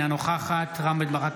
אינה נוכחת רם בן ברק,